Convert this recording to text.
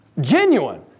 genuine